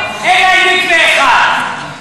והקונסרבטיבים, יש מיליונים, אין להם מקווה אחד.